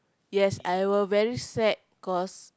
yes I were very sad cause